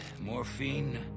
morphine